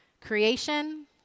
Creation